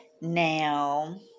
Now